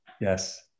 Yes